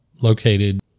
located